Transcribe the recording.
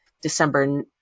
December